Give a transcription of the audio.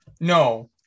No